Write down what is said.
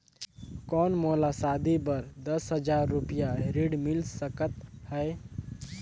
कौन मोला शादी बर दस हजार रुपिया ऋण मिल सकत है?